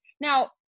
Now